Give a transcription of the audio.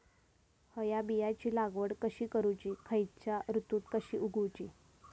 हया बियाची लागवड कशी करूची खैयच्य ऋतुत कशी उगउची?